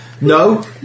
No